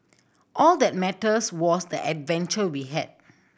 all that matters was the adventure we had